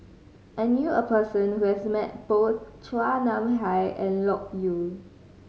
I knew a person who has met both Chua Nam Hai and Loke Yew